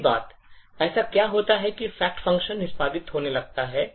अगली बात ऐसा क्या होता है कि फैक्ट function निष्पादित होने लगता है